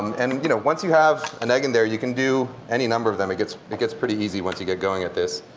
and you know once you have an egg in there you can do any number of them. it gets it gets pretty easy once you get going at this.